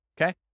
Okay